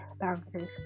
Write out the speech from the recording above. boundaries